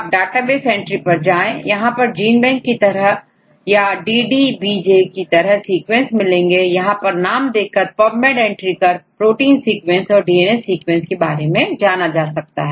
अब database entry पर जाइए यहां पर जीन बैंक की तरह याDDBJ की तरह सीक्वेंस मिलेंगे यहां नाम देखकर पब मेड एंट्री कर प्रोटीन सीक्वेंस और डीएनए सीक्वेंस के बारे में जाना जा सकता है